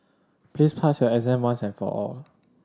please pass your exam once and for all